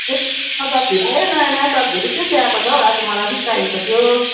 त्यता सब्जीहरू आयो नयाँ नयाँ सब्जीहरू के चाहिँ आएको छ हौ आजु मलाई अलिक चाहिएको थियो